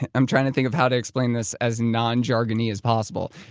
and i'm trying to think of how to explain this as non jargon-y as possible.